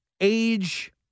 age